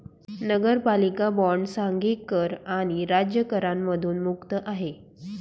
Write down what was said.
नगरपालिका बॉण्ड सांघिक कर आणि राज्य करांमधून मुक्त आहे